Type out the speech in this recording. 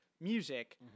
music